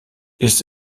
ist